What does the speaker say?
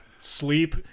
sleep